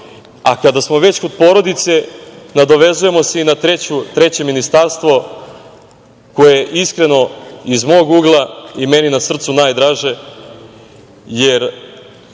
žena. Kada smo već kod porodice, nadovezujemo se i na treće ministarstvo koje iskreno iz mog ugla i meni na srcu najdraže, jer